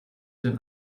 den